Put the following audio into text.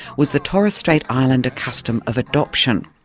was the torres strait islander custom of adoption.